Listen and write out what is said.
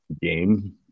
game